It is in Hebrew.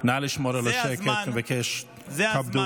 נא לשמור על השקט, אני מבקש, כבדו.